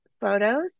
photos